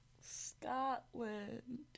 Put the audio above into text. Scotland